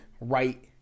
right